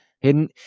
Hidden